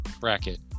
bracket